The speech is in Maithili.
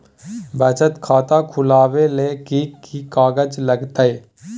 बचत खाता खुलैबै ले कि की कागज लागतै?